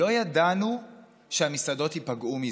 לא ידענו שהמסעדות ייפגעו מזה.